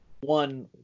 one